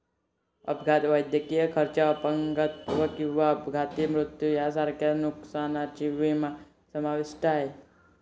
अपघात, वैद्यकीय खर्च, अपंगत्व किंवा अपघाती मृत्यू यांसारख्या नुकसानीचा विमा समाविष्ट आहे